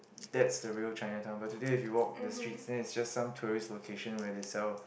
that's the real ChinaTown but today if you walk the street then is just some tourist location where itself